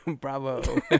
bravo